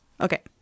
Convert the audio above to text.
okay